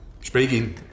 speaking